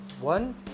one